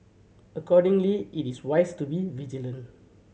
accordingly it is wise to be vigilant